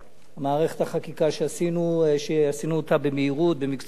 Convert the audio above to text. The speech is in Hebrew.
מערכת החקיקה, עשינו אותה במהירות, במקצועיות,